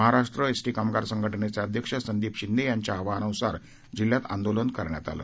Maharashtra ST कामगार संघटनेचे अध्यक्ष संदीप शिंदे यांच्या आवाहनानुसार जिल्ह्यात आंदोलन करण्यात आलं